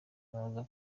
uraza